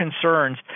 concerns